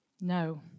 No